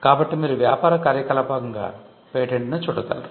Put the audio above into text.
కాబట్టి మీరు వ్యాపార కార్యకలాపంగా పేటెంట్ ను చూడగలరు